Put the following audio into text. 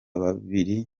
babiri